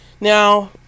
now